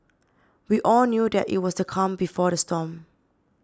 we all knew that it was the calm before the storm